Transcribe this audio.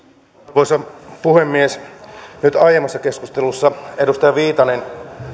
arvoisa puhemies kun aiemmassa keskustelussa edustaja viitanen